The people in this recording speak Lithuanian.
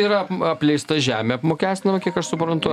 yra apleista žemė apmokestinama kiek aš suprantu